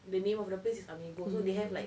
the name of the place is amigo so they have like